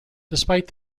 despite